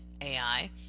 AI